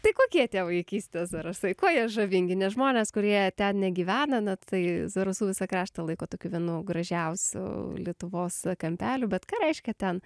tai kokie tie vaikystės zarasai kuo jie žavingi nes žmonės kurie ten negyvena na tai zarasų visą kraštą laiko tokių vienų gražiausių lietuvos kampelių bet ką reiškia ten